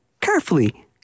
carefully